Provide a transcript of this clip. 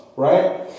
Right